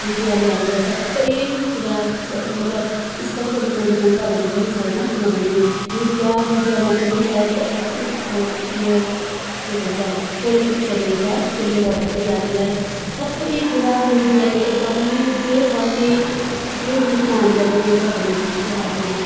मिडियाले हामीलाई सबै कुरा मतलब स्पष्ट रूपमा देखाउँछ भने पनि छैन किनभने मिडिया मिडियामा पनि सायद यो के भन्छ पोलेटिक्सहरू हुन्छ त्यसले गर्दाखेरि हामीलाई सबै कुरा मिडियाले एकदमै जे छ त्यही त्यही रूपमा हामीलाई देखाउँछ भने जस्तो चाहिँ लाग्दैन